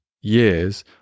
years